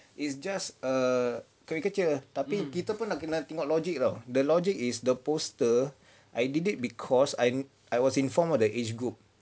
it's just a caricature tapi kita pun nak kena tengok logic [tau] the logic is the poster I did it because I I was informed of the age group